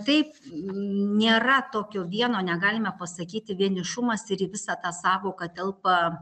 taip nėra tokio vieno negalime pasakyti vienišumas ir į visą tą sąvoką telpa